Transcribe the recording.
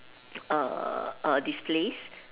err err displays